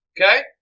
Okay